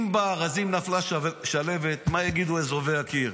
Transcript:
אם בארזים נפלה שלהבת, מה יגידו אזובי הקיר.